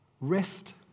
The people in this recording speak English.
Rest